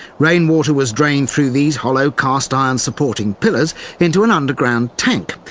rainwater was drained through these hollow cast-iron supporting pillars into an underground tank,